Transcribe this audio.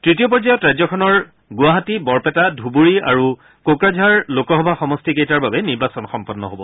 তৃতীয় পৰ্যায়ত ৰাজ্যখনৰ গুৱাহাটী বৰপেটা ধুবুৰী আৰু কোকৰাঝাৰ লোকসভা সমষ্টিকেইটাৰ বাবে নিৰ্বাচন সম্পন্ন হ'ব